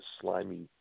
slimy